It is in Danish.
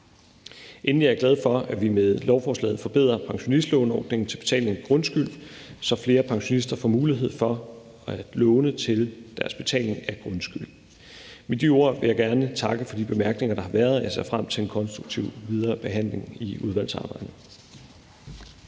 Endelig er jeg glad for, at vi med lovforslaget forbedrer pensionistlåneordningen til betaling af grundskyld, så flere pensionister får mulighed for at låne til deres betaling af grundskyld. Med de ord vil jeg gerne takke for de bemærkninger, der har været, og jeg ser frem til en konstruktiv videre behandling i udvalgsarbejdet.